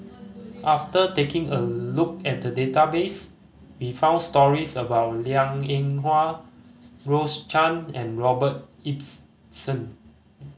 after taking a look at the database we found stories about Liang Eng Hwa Rose Chan and Robert Ibbetson